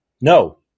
No